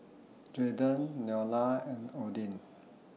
Jaydon Nolia and Odin